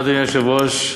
אדוני היושב-ראש,